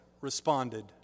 responded